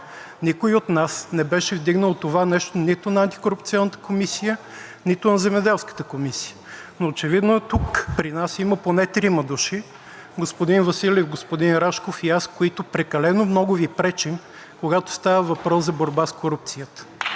Никой от нас не беше повдигнал това нещо нито на Антикорупционната комисия, нито на Земеделската комисия. Но очевидно тук при нас има поне трима души – господин Василев, господин Рашков и аз, които прекалено много Ви пречим, когато става въпрос за борбата с корупцията.